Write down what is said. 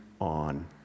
on